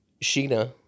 Sheena